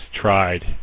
tried